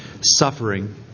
suffering